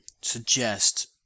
suggest